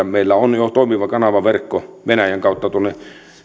meillä on jo toimiva kanavaverkko